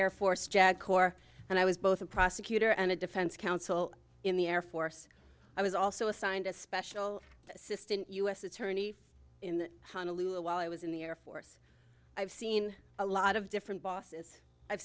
air force jag corps and i was both a prosecutor and a defense counsel in the air force i was also assigned as special assistant u s attorney in honolulu while i was in the air force i've seen a lot of different bosses i've